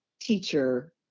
teacher